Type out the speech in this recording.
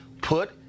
Put